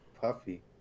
Puffy